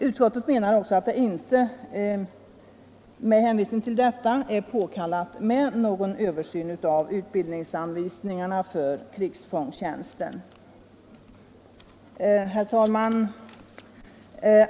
Utskottet säger med hänvisning till detta att någon översyn av utbildningsanvisningar för krigsfångtjänsten inte är påkallad. Herr talman!